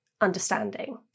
understanding